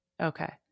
Okay